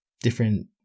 different